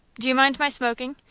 do you mind my smoking?